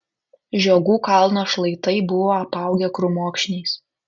žiogų kalno šlaitai buvo apaugę krūmokšniais